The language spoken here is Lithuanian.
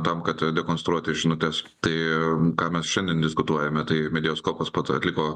tam kad dekonstruoti žinutes tai ką mes šiandien diskutuojame tai mediaskopas pats atliko